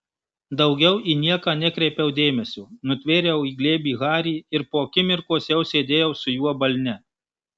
daugiau į nieką nekreipiau dėmesio nutvėriau į glėbį harį ir po akimirkos jau sėdėjau su juo balne